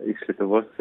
iš lietuvos